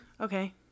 Okay